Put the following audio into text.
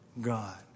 God